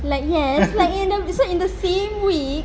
like yes like A&W so in the same week but you know isn't in the same way